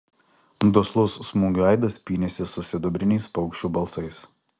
duslus smūgių aidas pynėsi su sidabriniais paukščių balsais